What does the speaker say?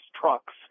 trucks